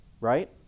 right